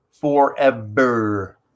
forever